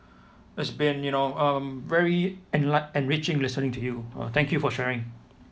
it's been you know um very enligh~ enriching listening to you uh thank you for sharing